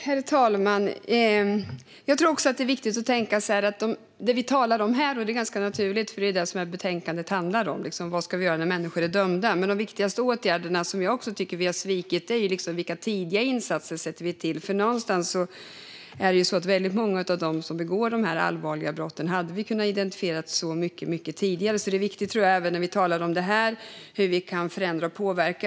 Herr talman! Vi talar här om vad vi ska göra när människor är dömda. Det är ganska naturligt, för det är det som betänkandet handlar om. Jag tror dock att det är viktigt att också tänka på att de viktigaste åtgärderna - och detta tycker jag att vi har svikit - är vilka tidiga insatser vi sätter in. Någonstans är det så att vi hade kunnat identifiera väldigt många av dem som begår allvarliga brott mycket tidigare. Jag tror att det är viktigt att vi även när vi talar om detta tänker på hur vi kan förändra och påverka.